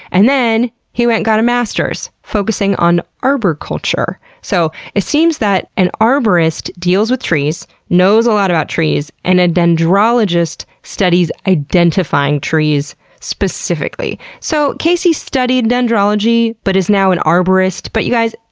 and then, he went and got a master's focusing on arbor culture. so it seems that an arborist deals with trees, knows a lot about trees, and a dendrologist studies identifying trees specifically. so, casey studied dendrology, but is now an arborist, but you guys,